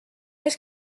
est